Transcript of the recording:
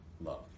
love